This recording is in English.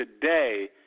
today